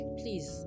please